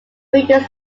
buildings